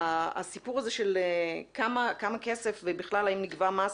הסיפור הזה של כמה כסף ובכלל האם לקבוע מס,